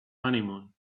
honeymoon